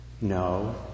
No